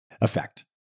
effect